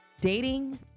Dating